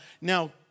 now